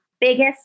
biggest